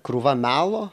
krūva melo